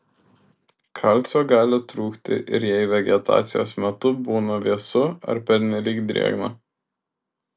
kalcio gali trūkti ir jei vegetacijos metu būna vėsu ar pernelyg drėgna